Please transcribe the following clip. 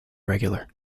regular